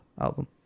album